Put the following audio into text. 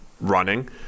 running